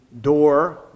door